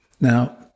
Now